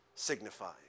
signifies